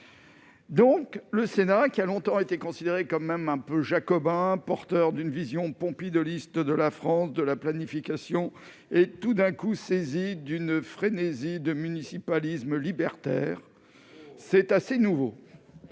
... Le Sénat, longtemps considéré comme quelque peu jacobin, porteur d'une vision pompidolienne de la France et de la planification, est tout d'un coup saisi d'une frénésie de municipalisme libertaire ! C'est assez nouveau,